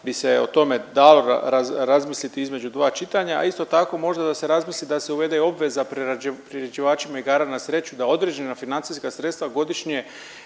bi se o tome dalo razmisliti između dva čitanja, a isto tako možda da se razmisli da se uvede i obveza priređivačima igara na sreću da određena financijska sredstva godišnje